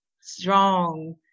strong